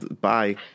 bye